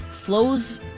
flows